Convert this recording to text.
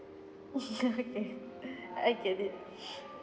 okay I get it